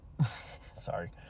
Sorry